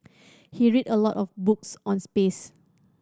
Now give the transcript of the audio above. he read a lot of books on space